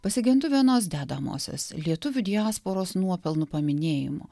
pasigendu vienos dedamosios lietuvių diasporos nuopelnų paminėjimo